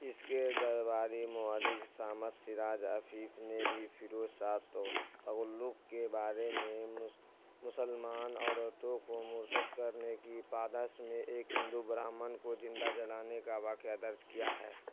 اس کے درباری موولگ سامس سراج عفیف نے بھی فیروز شاہ تو تغلق کے بارے میں مسلمان عورتوں کو مرتد کرنے کی پاداش میں ایک ہندو برہمن کو زندہ جلانے کا واقعہ درج کیا ہے